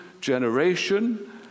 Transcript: generation